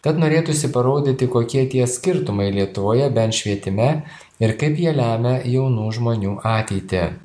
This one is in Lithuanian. kad norėtųsi parodyti kokie tie skirtumai lietuvoje bent švietime ir kaip jie lemia jaunų žmonių ateitį